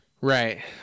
Right